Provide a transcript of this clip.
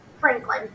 Franklin